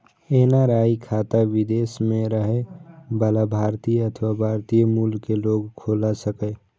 NRI खाता विदेश मे रहै बला भारतीय अथवा भारतीय मूल के लोग खोला सकैए